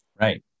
Right